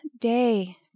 day